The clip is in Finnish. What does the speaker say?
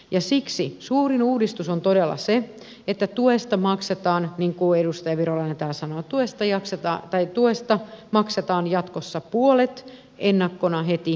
ja siksi suurin uudistus on todella se että tuesta maksetaan niin kuin edustaja virolainen täällä sanotuista jo sata ei tuesta sanoi jatkossa puolet ennakkona heti tukipäätöksen jälkeen